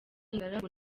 ingaragu